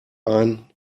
ein